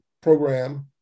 program